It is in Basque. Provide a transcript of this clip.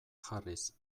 jarriz